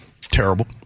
Terrible